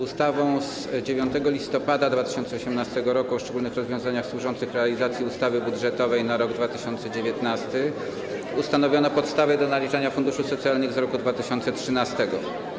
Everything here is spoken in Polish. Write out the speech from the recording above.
Ustawą z dnia 9 listopada 2018 r. o szczególnych rozwiązaniach służących realizacji ustawy budżetowej na rok 2019 ustanowiono podstawy do naliczania funduszy socjalnych z roku 2013.